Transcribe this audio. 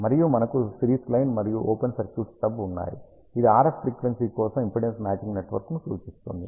మరియు మనకు series line మరియు ఓపెన్ సర్క్యూట్ స్టబ్ ఉన్నాయి ఇది RF ఫ్రీక్వెన్సీ కోసం ఇంపిడెన్స్ మ్యాచింగ్ నెట్వర్క్ను సూచిస్తుంది